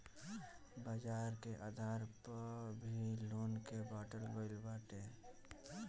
बाजार के आधार पअ भी लोन के बाटल गईल बाटे